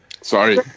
Sorry